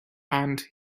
and